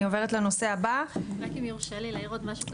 אני עוברת לנושא הבא- רק אם יורשה לי להעיר עוד משהו,